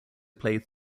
played